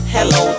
Hello